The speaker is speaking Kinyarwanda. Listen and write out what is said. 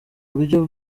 buryo